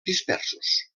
dispersos